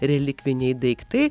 relikviniai daiktai